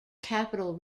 capital